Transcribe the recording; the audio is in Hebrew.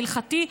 ההלכתי,